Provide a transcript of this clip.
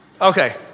okay